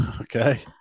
okay